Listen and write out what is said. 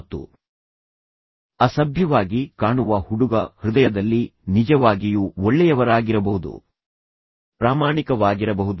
ಮತ್ತು ಅಸಭ್ಯವಾಗಿ ಕಾಣುವ ಹುಡುಗ ಹೃದಯದಲ್ಲಿ ನಿಜವಾಗಿಯೂ ಒಳ್ಳೆಯವರಾಗಿರಬಹುದು ಪ್ರಾಮಾಣಿಕವಾಗಿರಬಹುದು